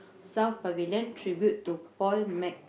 South Pavilion Tribute to paul mac